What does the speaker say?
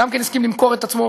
גם כן הסכים למכור את עצמו,